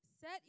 Set